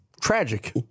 tragic